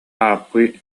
ааппый